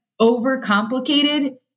overcomplicated